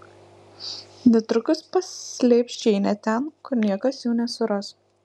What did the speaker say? netrukus paslėps džeinę ten kur niekas jų nesuras